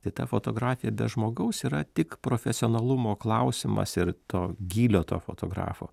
tai ta fotografija be žmogaus yra tik profesionalumo klausimas ir to gylio to fotografo